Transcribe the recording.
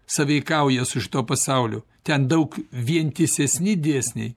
sąveikauja su šituo pasauliu ten daug vientisesni dėsniai